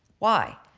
why?